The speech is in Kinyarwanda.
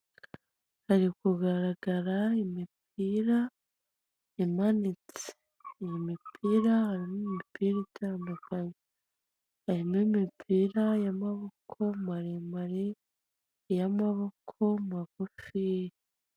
Imodoka nini cyane ikunda gutwara abantu by'umwihariko zikunda gukoreshwa mu mujyi wa Kigali imodoka zitwara abantu mu bice bike bitandukanye zitwara abantu benshi bagiye ahantu hamwe ahoza uba ufite ikarita uka ugakoza ku cyuma hanyuma amafaranga akavaho ukinjiramo hanyuma bakagutwararwa kugeza aho ugiye, si ibyo gusa kandi n'abagenda bahagaze turabona imbere umunyamaguru cyangwa se umugenzi ufite igare uri kugendera mu muhanda w'abanyamaguru.